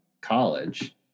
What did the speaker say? college